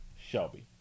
Shelby